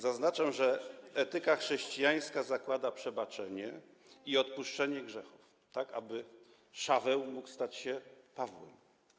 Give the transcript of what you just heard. Zaznaczam, że etyka chrześcijańska zakłada przebaczenie i odpuszczenie grzechów, tak aby Szaweł mógł stać się Pawłem.